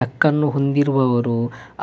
check ಅನ್ನು ಹೊಂದಿರುವವರು